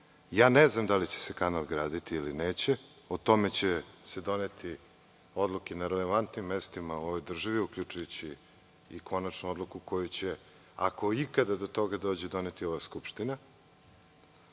znam da li će se kanal graditi ili neće, o tome će se doneti odluke na relevantnim mestima u ovoj državi, uključujući i konačnu odluku koja će, ako ikada do toga dođe, doneti ova Skupština,